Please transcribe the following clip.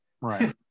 Right